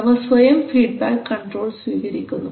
അവ സ്വയം feedback control സ്വീകരിക്കുന്നു